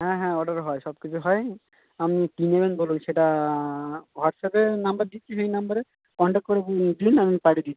হ্যাঁ হ্যাঁ অর্ডার হয় সব কিছু হয় আপনি কী নেবেন বলুন সেটা হোয়াটসঅ্যাপে নম্বর দিচ্ছি সেই নম্বরে কনট্যাক্ট করে দিন আমি পাঠিয়ে দিচ্ছি